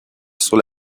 sur